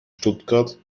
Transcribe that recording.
stuttgart